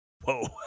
Whoa